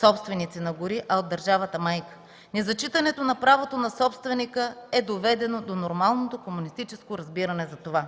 собственици на гори, а от „държавата-майка”. Незачитането на правото на собственика е доведено до нормалното комунистическо разбиране за това.